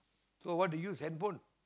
so want to use handphone